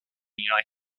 united